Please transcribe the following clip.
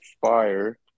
Fire